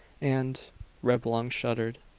and reblong shuddered.